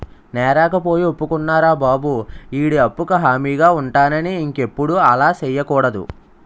నేరకపోయి ఒప్పుకున్నారా బాబు ఈడి అప్పుకు హామీగా ఉంటానని ఇంకెప్పుడు అలా సెయ్యకూడదు